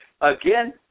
Again